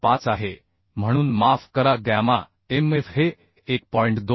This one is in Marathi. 25 आहे म्हणून माफ करा गॅमा mf हे 1